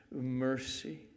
mercy